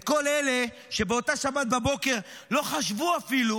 את כל אלה שבאותה שבת בבוקר לא חשבו אפילו